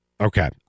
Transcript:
Okay